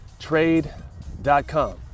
trade.com